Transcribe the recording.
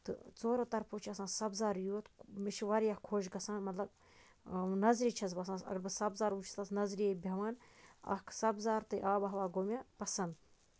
تہٕ ژورو طرفو چھُ آسان سَنزارٕے یوٚت مےٚ چھُ واریاہ خۄش گژھان مطلب نَظرے چھَس آسان اَگر بہٕ سَبزار وٕچھٕ بہٕ چھَس تتھ نَظرے بیہوان اکھ سَبزار تہٕ آبو ہوا گوٚو مےٚ پَسند